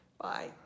Bye